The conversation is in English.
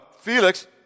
Felix